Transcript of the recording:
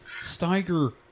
Steiger